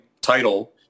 title